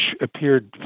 appeared